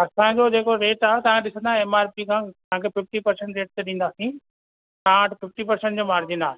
असांजो जेको रेट आहे तव्हां ॾिसंदा एम आर पी खां तव्हांखे फ़िफ़्टी परसेंट रेट ते ॾींदासीं तव्हां वटि फ़िफ़्टी परसेंट जो मार्जिन आहे